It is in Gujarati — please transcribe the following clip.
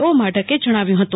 ઓ માઢકે જણાવ્યુ હતું